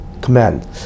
command